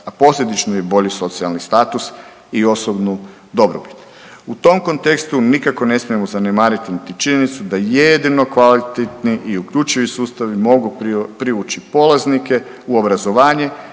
a posljedično i bolji socijalni status i osobnu dobrobit. U tom kontekstu nikako ne smijemo zanemariti niti činjenicu, da jedino kvalitetni i uključivi sustavi mogu privući polaznike u obrazovanje